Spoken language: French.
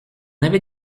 avait